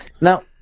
Now